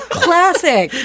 classic